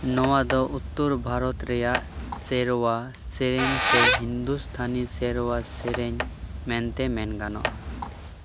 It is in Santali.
ᱱᱚᱣᱟ ᱫᱚ ᱩᱛᱛᱚᱨ ᱵᱷᱟᱨᱚᱛ ᱨᱮᱭᱟᱜ ᱥᱮᱨᱣᱟ ᱥᱮᱨᱮᱧ ᱥᱮ ᱦᱤᱱᱫᱩᱥᱛᱷᱟᱱᱤ ᱥᱮᱨᱣᱟ ᱥᱮᱨᱮᱧ ᱢᱮᱱᱛᱮ ᱢᱮᱱ ᱜᱟᱱᱚᱜᱼᱟ